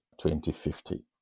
2050